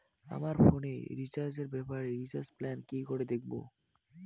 আমার ফোনে রিচার্জ এর ব্যাপারে রিচার্জ প্ল্যান কি করে দেখবো?